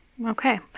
Okay